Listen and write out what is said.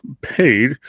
paid